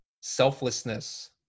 selflessness